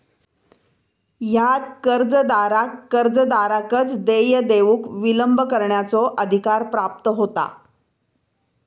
ह्यात कर्जदाराक कर्जदाराकच देय देऊक विलंब करण्याचो अधिकार प्राप्त होता